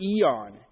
eon